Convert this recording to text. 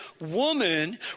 woman